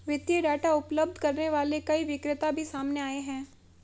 वित्तीय डाटा उपलब्ध करने वाले कई विक्रेता भी सामने आए हैं